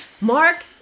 Mark